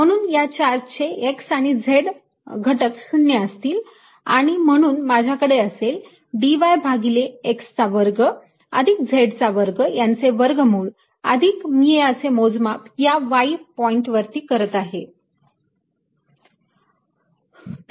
म्हणून या चार्ज चे x आणि z घटक 0 असतील आणि म्हणून माझ्याकडे असेल dy भागिले x चा वर्ग अधिक z चा वर्ग यांचे वर्गमूळ अधिक मी याचे मोजमाप या y पॉईंट वरती करत आहे